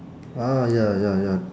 ah ya ya ya